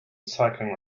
cycling